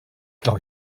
glaube